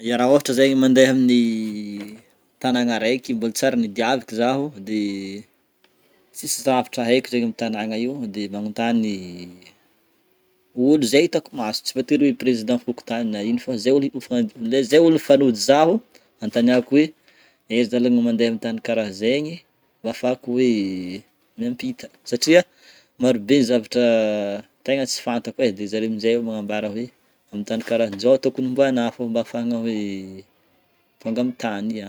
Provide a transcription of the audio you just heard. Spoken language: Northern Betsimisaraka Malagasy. Ya Raha ôhatra zegny mandeha amin'ny tanagna araiky mbôla tsy ary nidiaviko zaho, de tsisy zavatra haiko zegny amin'ny tanagna io de magnontany olo zay hitako maso tsy voatery hoe prezida fokontany na ino fô zay ôlo le zay ôlo mifanojo zaho antaniako hoe aiza lalana mandeha amin'ny tany karaha zegny mba afahako hoe miampita satria maro be ny zavatra tegna tsy fantako e de zare amin'jay magnambara hoe amin'ny tany karahan'jao tokony hombanah fô mba afahagna hoe tonga amin'ny tany i aho.